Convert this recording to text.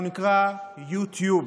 שנקרא יוטיוב.